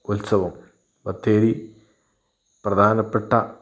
ഉത്സവം ബത്തേരി പ്രധാനപ്പെട്ട